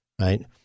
Right